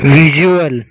visual